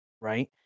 right